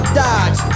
dodge